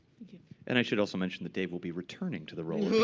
and i should also mention that dave will be returning to the role